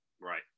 Right